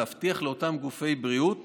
להבטיח לאותם גופי בריאות